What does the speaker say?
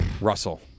Russell